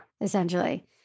Essentially